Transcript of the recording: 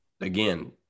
again